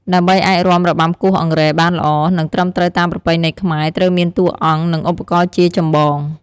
ដើម្បីអាចរាំរបាំគោះអង្រែបានល្អ និងត្រឹមត្រូវតាមប្រពៃណីខ្មែរ ត្រូវមានតួអង្គ និងឧបករណ៍ជាចម្បង។